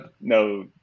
no